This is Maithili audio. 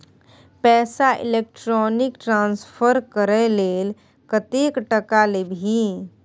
पैसा इलेक्ट्रॉनिक ट्रांसफर करय लेल कतेक टका लेबही